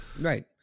right